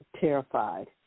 terrified